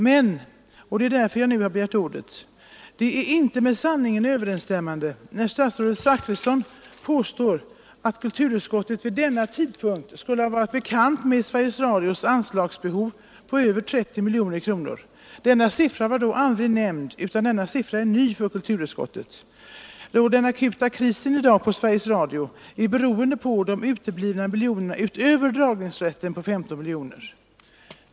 Men — och det är därför som jag nu har begärt ordet — det är inte med sanningen överensstämmande när statsrådet Zachrisson påstår att kulturutskottet vid den tidpunkten kände till Sveriges Radios anslagsbehov på över 30 miljoner kronor. Det beloppet var då aldrig nämnt, utan den summan är ny för kulturutskottet. Den akuta krisen i dag på Sveriges Radio är beroende på de uteblivna miljonerna utöver dragningsrätten på 15 miljoner.